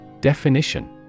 Definition